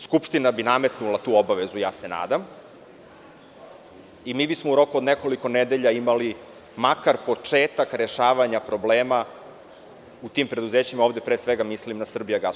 Skupština bi nametnula tu obavezu, ja se nadam, i mi bismo u roku od nekoliko nedelja imali makar početak rešavanja problema u tim preduzećima, a tu pre svega mislim na „Srbijagas“